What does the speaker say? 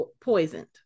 poisoned